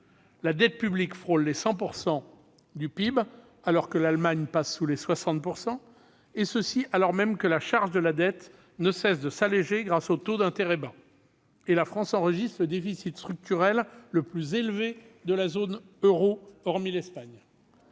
La dette publique frôle les 100 % du PIB, alors que l'Allemagne passe sous les 60 %, et ceci alors même que la charge de la dette ne cesse de s'alléger grâce aux taux d'intérêt bas. La France enregistre le déficit structurel le plus élevé de la zone euro en 2019, hormis l'Espagne.